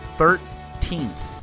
thirteenth